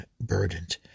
burdened